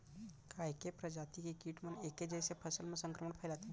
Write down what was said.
का ऐके प्रजाति के किट मन ऐके जइसे फसल म संक्रमण फइलाथें?